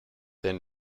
their